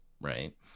right